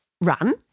run